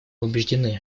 убеждены